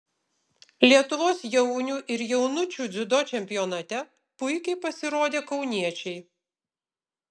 lietuvos jaunių ir jaunučių dziudo čempionate puikiai pasirodė kauniečiai